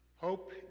Hope